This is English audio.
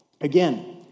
Again